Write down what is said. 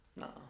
No